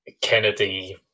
Kennedy